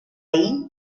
allí